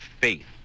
faith